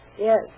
Yes